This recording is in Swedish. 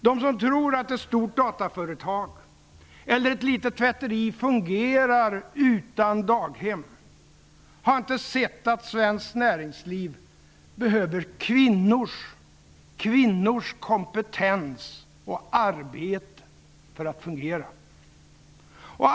De som tror att ett stort dataföretag eller ett litet tvätteri fungerar utan daghem har inte sett att svenskt näringsliv behöver kvinnors kompetens och arbete för att fungera.